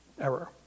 error